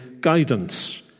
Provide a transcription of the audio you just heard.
guidance